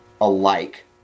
alike